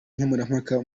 nkemurampaka